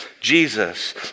Jesus